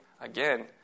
again